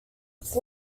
its